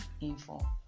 info